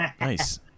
Nice